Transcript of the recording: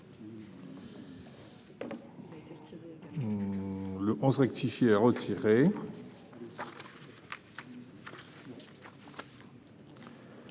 n° 7 rectifié est retiré.